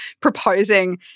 proposing